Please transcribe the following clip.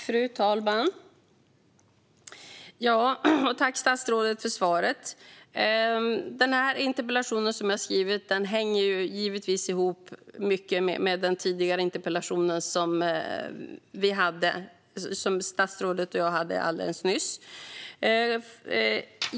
Fru talman! Tack, statsrådet, för svaret! Denna interpellation hänger givetvis mycket ihop med den tidigare interpellation som statsrådet och jag debatterade alldeles nyss.